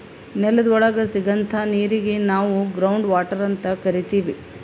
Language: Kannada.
ನೆಲದ್ ಒಳಗ್ ಸಿಗಂಥಾ ನೀರಿಗ್ ನಾವ್ ಗ್ರೌಂಡ್ ವಾಟರ್ ಅಂತ್ ಕರಿತೀವ್